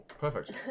Perfect